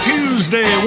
Tuesday